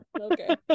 Okay